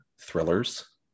thrillers